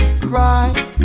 cry